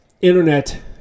internet